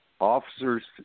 officers